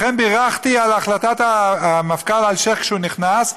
לכן, בירכתי על החלטת המפכ"ל אלשיך, כשהוא נכנס,